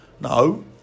No